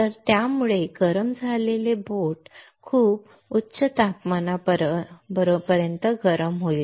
तर यामुळे गरम झाल्यामुळे बोट खूप हाई तापमानापर्यंत गरम होईल